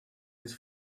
his